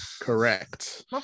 Correct